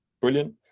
brilliant